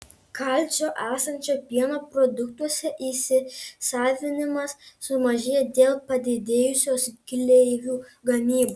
kalcio esančio pieno produktuose įsisavinimas sumažėja dėl padidėjusios gleivių gamybos